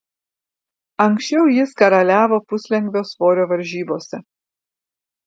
anksčiau jis karaliavo puslengvio svorio varžybose